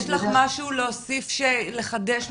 יש לך משהו להוסיף או לחדש,